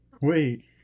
Wait